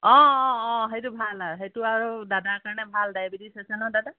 অ' অ' অ' সেইটো ভাল হয় সেইটো আৰু দাদাৰ কাৰণে ভাল ডায়েবেটিছ আছে নহয় দাদাৰ